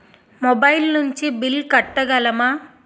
Mobile నుంచి bill కట్టగలమ?